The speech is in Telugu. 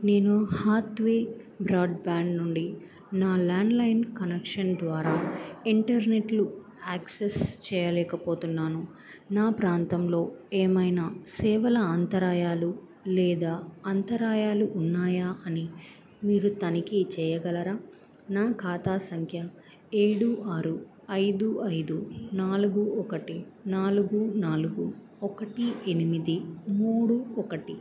నేను హాత్వే బ్రాడ్బ్యాండ్ నుండి నా ల్యాండ్లైన్ కనెక్షన్ ద్వారా ఇంటర్నెట్లు యాక్సెస్ చేయలేకపోతున్నాను నా ప్రాంతంలో ఏమైన సేవల అంతరాయాలు లేదా అంతరాయాలు ఉన్నాయా అని మీరు తనిఖీ చేయగలరా నా ఖాతా సంఖ్య ఏడు ఆరు ఐదు ఐదు నాలుగు ఒకటి నాలుగు నాలుగు ఒకటి ఎనిమిది మూడు ఒకటి